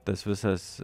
tas visas